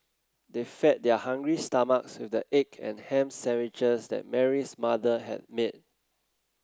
they fed their hungry stomachs with the egg and ham sandwiches that Mary's mother had made